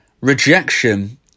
rejection